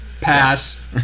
Pass